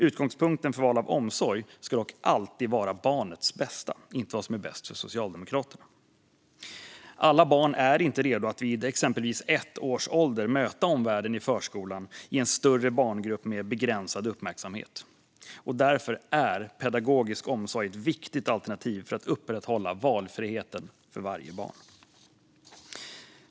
Utgångspunkten för val av omsorg ska dock alltid vara barnets bästa, inte vad som är bäst för Socialdemokraterna. Alla barn är inte redo att vid exempelvis 1 års ålder möta omvärlden i förskolan i en större barngrupp med begränsad uppmärksamhet. Därför är pedagogisk omsorg ett viktigt alternativ för att upprätthålla valfriheten för varje barn.